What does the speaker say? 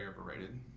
overrated